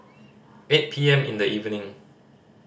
eight P M in the evening